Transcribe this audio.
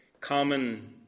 common